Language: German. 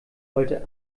wollte